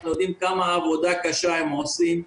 אנחנו יודעים כמה עבודה קשה הם עושים,